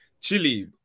Chile